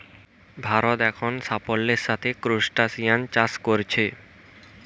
ভারত এখন অনেক সাফল্যের সাথে ক্রস্টাসিআন চাষ কোরছে